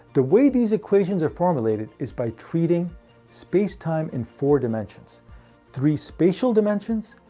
the way these equations are formulated is by treating space-time in four dimensions three spatial dimensions,